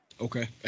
Okay